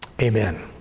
Amen